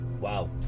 Wow